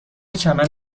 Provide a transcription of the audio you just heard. چمن